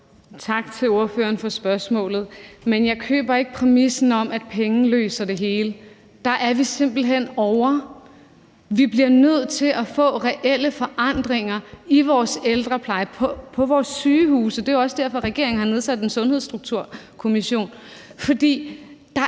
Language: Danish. Tak til ordføreren for spørgsmålet. Men jeg køber ikke præmissen om, at penge løser det hele. Det er vi simpelt hen ude over. Vi bliver nødt til at få reelle forandringer i vores ældrepleje og på vores sygehuse, og det er jo også derfor, regeringen har nedsat en Sundhedsstrukturkommission. For der